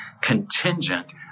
contingent